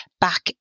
back